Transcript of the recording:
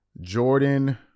Jordan